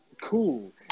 cool